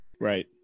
Right